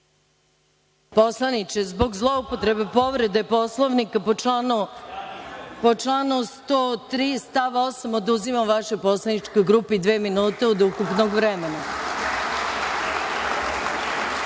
Poslaniče, zbog zloupotrebe povrede Poslovnika po članu 103. stav 8. oduzimam vašoj poslaničkoj grupi dve minute od ukupnog vremena. Možete